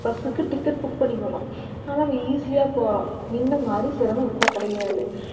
பஸ்ஸுக்கு ticket book பண்ணிபுடுறோம் அதனால் நம்ம ஈஸியாக போகறோம் முன்ன மாதிரி சிரமம் இப்போ கிடையாது